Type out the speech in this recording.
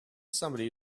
someone